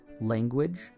language